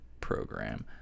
program